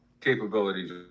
capabilities